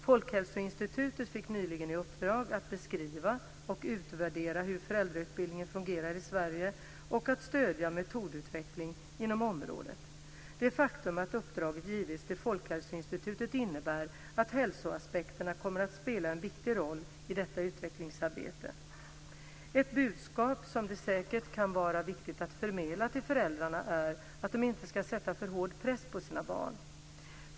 Folkhälsoinstitutet fick nyligen i uppdrag att beskriva och utvärdera hur föräldrautbildningen fungerar i Sverige och att stödja metodutveckling inom området. Det faktum att uppdraget givits till Folkhälsoinstitutet innebär att hälsoaspekterna kommer att spela en viktig roll i detta utvecklingsarbete. Ett budskap som det säkert kan vara viktigt att förmedla till föräldrarna är att de inte ska sätta för hård press på sina barn.